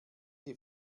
die